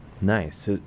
Nice